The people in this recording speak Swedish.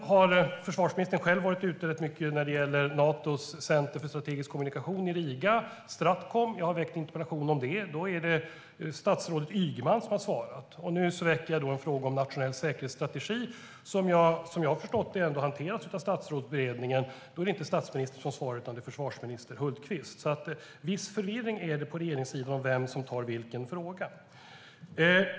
Försvarsministern har själv varit ute rätt mycket när det gäller Natos center för strategisk kommunikation i Riga, Stratcom. Jag väckte en interpellation om det. Då var det statsrådet Ygeman som svarade. Nu väcker jag en fråga om nationell säkerhetsstrategi, som jag har förstått hanteras av Statsrådsberedningen. Men då är det inte statsministern som svarar utan försvarsminister Hultqvist. Viss förvirring är det alltså på regeringssidan om vem som tar vilken fråga.